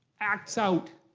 acts out.